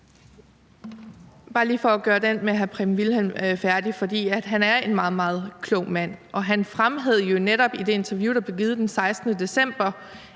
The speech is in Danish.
bare lige for at gøre den med hr. Preben Wilhjelm færdig, for han er en meget, meget klog mand, og han fremhævede jo netop i det interview, der blev givet den 16. december,